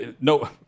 no